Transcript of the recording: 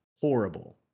horrible